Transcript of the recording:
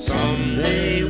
Someday